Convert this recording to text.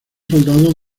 soldados